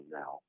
now